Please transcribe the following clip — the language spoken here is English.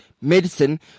Medicine